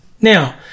now